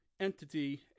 entity